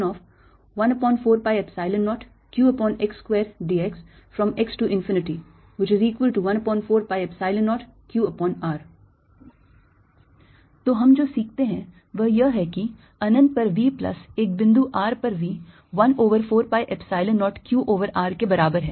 xEdx VVxx14π0qx2xdxxx14π0qx2dx14π0qr तो हम जो सीखते हैं वह यह है कि अनंत पर V प्लस एक बिंदु r पर V 1 over 4 pi epsilon 0 q over r के बराबर है